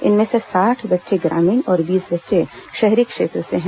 इनमें से साठ बच्चे ग्रामीण और बीस बच्चे शहरी क्षेत्र से हैं